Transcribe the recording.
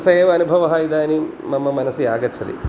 सः एव अनुभवः इदानीं मम मनसि आगच्छति